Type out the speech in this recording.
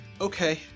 Okay